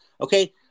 okay